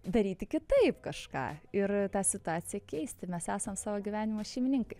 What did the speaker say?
daryti kitaip kažką ir tą situaciją keisti mes esam savo gyvenimo šeimininkai